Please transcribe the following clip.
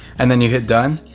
and then you hit done,